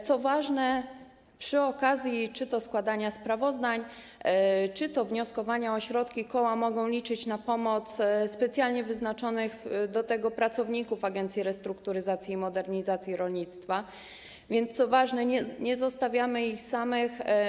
Co ważne, przy okazji składania sprawozdań czy wnioskowania o środki koła mogą liczyć na pomoc specjalnie wyznaczonych do tego pracowników Agencji Restrukturyzacji i Modernizacji Rolnictwa, więc nie zostawiamy ich samych.